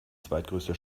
zweitgrößte